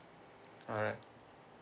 alright